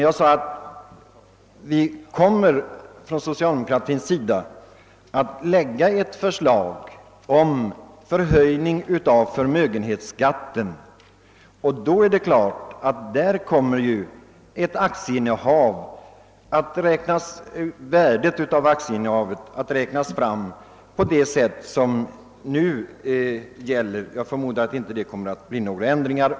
Jag sade emellertid att vi från socialdemokratins sida kommer att lägga fram ett förslag om en höjning av förmögenhetsskatten. Värdet av ett aktieinnehav kommer väl även sedan detta förslag har genomförts att räknas fram efter de regler som nu gäller — jag förmodar att det på den punkten inte blir någon ändring.